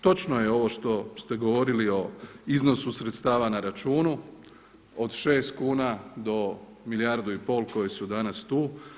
Točno je ovo što ste govorili o iznosu sredstava na računu, od 6 kuna do milijardu i pol koji su danas tu.